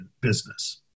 Business